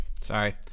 sorry